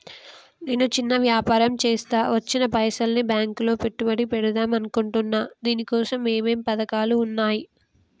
నేను చిన్న వ్యాపారం చేస్తా వచ్చిన పైసల్ని బ్యాంకులో పెట్టుబడి పెడదాం అనుకుంటున్నా దీనికోసం ఏమేం పథకాలు ఉన్నాయ్?